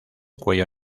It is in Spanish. cuello